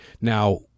Now